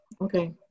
Okay